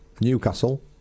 Newcastle